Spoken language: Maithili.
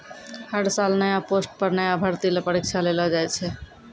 हर साल नया पोस्ट पर नया भर्ती ल परीक्षा लेलो जाय छै